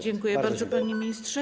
Dziękuję bardzo, panie ministrze.